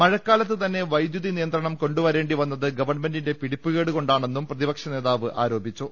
മഴക്കാലത്തു തന്നെ വൈദ്യുതി നിയന്ത്രണം കൊണ്ടുവ രേണ്ടി വന്നത് ഗവൺമെന്റിന്റെ പിടിപ്പുകേട് കൊണ്ടാണെന്നും പ്രതി പക്ഷ നേതാവ് ആരോപിച്ചു